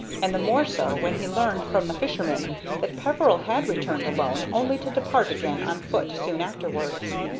and the more so when he learned from the fishermen that peveril had returned alone only to depart again on foot soon afterwards.